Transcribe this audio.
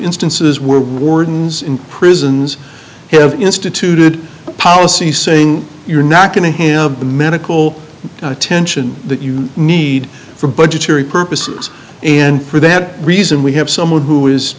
instances where wardens in prisons have instituted a policy saying you're not going to have the medical attention that you need for budgetary purposes and for that reason we have someone who is